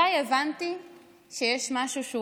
אני חייבת להגיד לך: מתי הבנתי שיש משהו שהוא